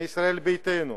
מישראל ביתנו